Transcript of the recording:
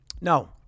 No